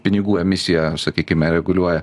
pinigų emisiją sakykime reguliuoja